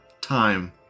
time